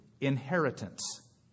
inheritance